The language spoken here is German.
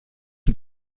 und